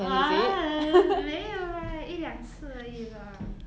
uh 没有 lah 一两次而已 lah